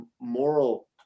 moral